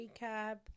recap